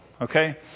Okay